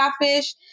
fish